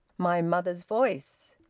my mother's voice,